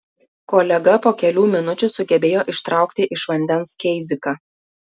kolega po kelių minučių sugebėjo ištraukti iš vandens keiziką